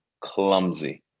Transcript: clumsy